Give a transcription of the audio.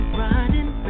riding